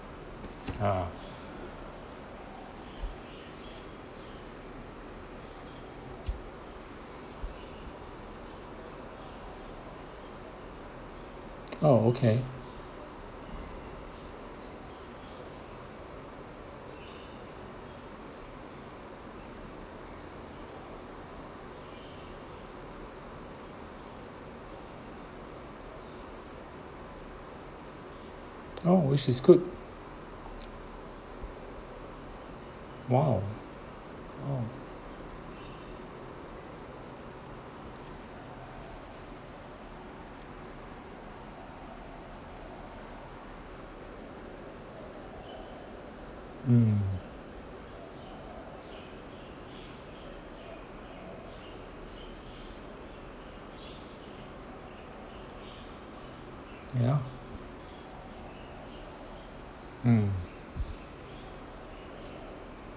ah oh okay !ow! which is good !wow! !wow! mm ya mm